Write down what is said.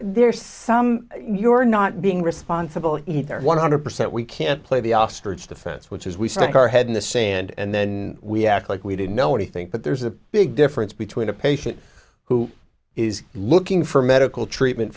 there's some you are not being responsible either one hundred percent we can't play the ostrich defense which is we stick our head in the sand and then we act like we didn't know anything but there's a big difference between a patient who is looking for medical treatment